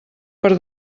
per